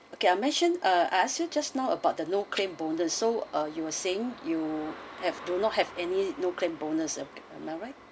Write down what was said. okay I mentioned uh I ask you just now about the no claim bonus so uh you were saying you have do not have any no claim bonus am I right